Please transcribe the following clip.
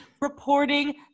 reporting